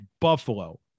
Buffalo